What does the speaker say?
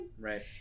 right